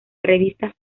revistas